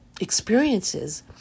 experiences